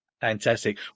Fantastic